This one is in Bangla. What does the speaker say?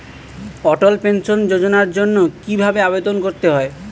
অটল পেনশন যোজনার জন্য কি ভাবে আবেদন করতে হয়?